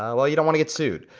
um well, you don't wanna get sued.